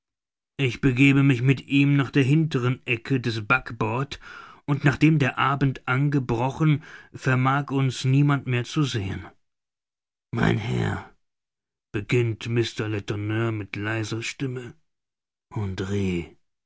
ich begebe mich mit ihm nach der hinteren ecke des backbord und nachdem der abend angebrochen vermag uns niemand mehr zu sehen mein herr beginnt mr letourneur mit leiser stimme andr